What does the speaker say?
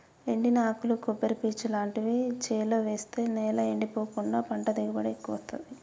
ఎండిన ఆకులు కొబ్బరి పీచు లాంటివి చేలో వేస్తె నేల ఎండిపోకుండా పంట దిగుబడి ఎక్కువొత్తదీ